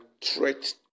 threat